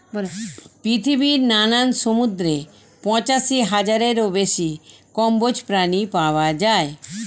পৃথিবীর নানান সমুদ্রে পঁচাশি হাজারেরও বেশি কম্বোজ প্রাণী পাওয়া যায়